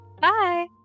Bye